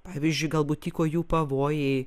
pavyzdžiui galbūt tyko jų pavojai